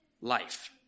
life